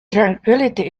tranquillity